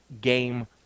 game